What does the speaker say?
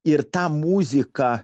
ir tą muziką